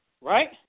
Right